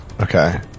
Okay